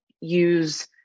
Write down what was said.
use